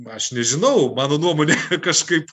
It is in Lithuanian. aš nežinau mano nuomone kažkaip